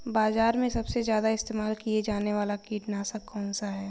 बाज़ार में सबसे ज़्यादा इस्तेमाल किया जाने वाला कीटनाशक कौनसा है?